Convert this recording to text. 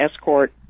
escort